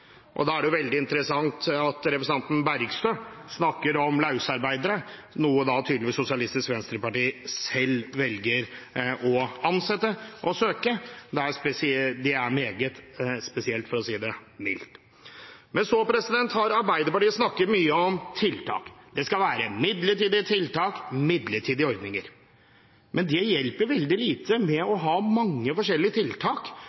januar. Da er det veldig interessant at representanten Bergstø snakker om løsarbeidere, noe Sosialistisk Venstreparti selv tydeligvis velger å ansette og å søke etter. Det er meget spesielt, for å si det mildt. Så har Arbeiderpartiet snakket mye om tiltak. Det skal være midlertidige tiltak, midlertidige ordninger. Men det hjelper veldig lite å ha mange forskjellige tiltak